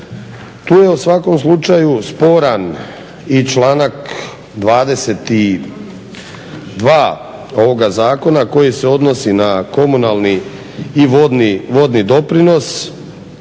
Tu je u svakom slučaju sporan i članak 22. ovoga zakona koji se odnosi na komunalni i vodni doprinos